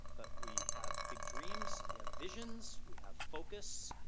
but we have big dreams. we have visions. we have focus.